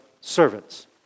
servants